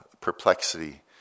perplexity